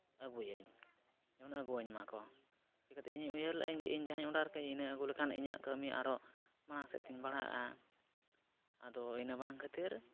ᱟᱹᱜᱩᱭᱟᱹᱧ ᱡᱮᱢᱚᱱᱮ ᱟᱹᱜᱩᱣᱟᱹᱧ ᱢᱟᱠᱚ ᱪᱤᱠᱟᱹᱛᱮ ᱤᱧ ᱩᱭᱦᱟᱹᱨ ᱞᱮᱫᱟᱹᱧ ᱡᱮ ᱤᱧ ᱡᱟᱦᱟᱸᱧ ᱚᱰᱟᱨ ᱠᱮᱫᱟ ᱤᱱᱟᱹ ᱟᱹᱜᱩ ᱞᱮᱠᱷᱟᱱ ᱤᱧᱟᱹᱜ ᱠᱟᱹᱢᱤ ᱟᱨᱦᱚᱸ ᱢᱟᱲᱟᱝ ᱥᱮᱫ ᱛᱤᱧ ᱵᱟᱲᱦᱟᱜᱼᱟ ᱟᱫᱚ ᱤᱱᱟᱹ ᱵᱟᱝ ᱠᱷᱟᱹᱛᱤᱨ